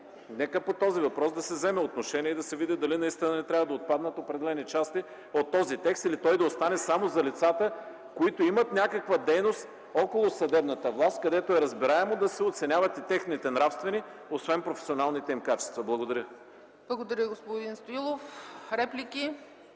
Нека по този въпрос да се вземе отношение и да се види дали не трябва да отпаднат определени части от този текст, или той да остане само за лицата, които имат някаква дейност около съдебната власт, където е разбираемо да се оценяват и техните нравствени, освен професионалните им качества. Благодаря. ПРЕДСЕДАТЕЛ ЦЕЦКА ЦАЧЕВА: Благодаря, господин Стоилов. Реплики?